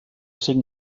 cinc